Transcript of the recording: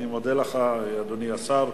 אני מודה לך, אדוני השר.